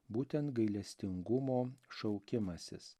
būtent gailestingumo šaukimasis